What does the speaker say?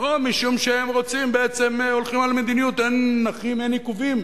או משום שהם הולכים על מדיניות: אין נכים אין עיכובים.